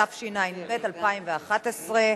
התשע"ב 2011,